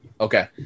Okay